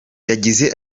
yagize